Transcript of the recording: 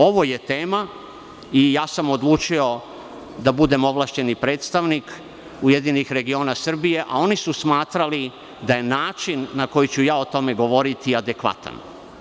Ovo je tema i ja sam odlučio da budem ovlašćeni predstavnik u RS, a oni su smatrali da je način na koji ću ja o tome govoriti adekvatan.